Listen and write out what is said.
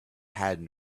had